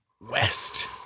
west